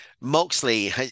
moxley